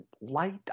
light